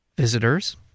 visitors